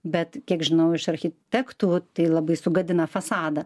bet kiek žinau iš architektų tai labai sugadina fasadą